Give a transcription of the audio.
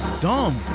dumb